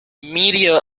media